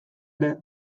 ere